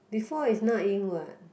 before is Na-Ying what